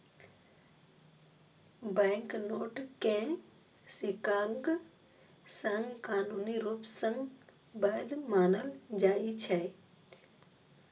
banknote कें सिक्काक संग कानूनी रूप सं वैध मानल जाइ छै